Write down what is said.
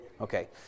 Okay